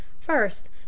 First